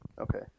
Okay